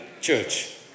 church